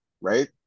Right